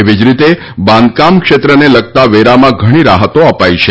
એવી જ રીતે બાંધકામ ક્ષેત્રને લગતા વેરામાં ઘણી રાહતો અપાઈ છે